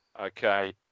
Okay